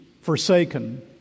forsaken